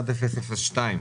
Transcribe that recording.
פנייה 51-002,